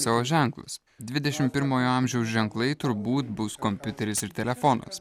savo ženklus dvidešim pirmojo amžiaus ženklai turbūt bus kompiuteris ir telefonams